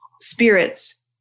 spirits